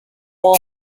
wall